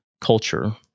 culture